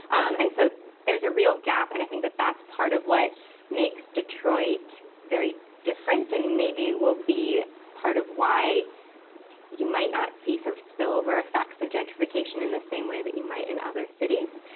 and so there's a real gap, and i think that that's part of what makes detroit very different, and maybe will be part of why you might not see sort of spillover effects of gentrification in the same way that you might in other cities.